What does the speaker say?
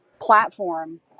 platform